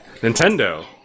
Nintendo